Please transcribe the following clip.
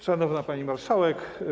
Szanowna Pani Marszałek!